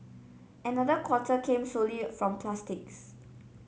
another quarter came solely from plastics